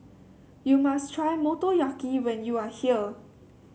you must try Motoyaki when you are here